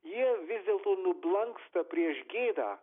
jie vis dėlto nublanksta prieš gėdą